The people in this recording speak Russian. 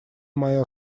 моя